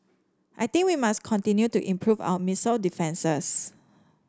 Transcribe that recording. I think we must continue to improve our missile defences